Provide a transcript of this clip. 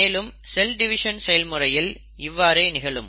மேலும் cell division செயல்முறையில் இவ்வாறே நிகழும்